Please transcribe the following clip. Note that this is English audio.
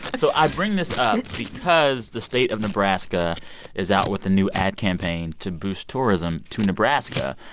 so i bring this up because the state of nebraska is out with a new ad campaign to boost tourism to nebraska.